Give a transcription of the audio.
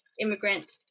immigrant